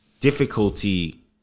difficulty